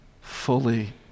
fully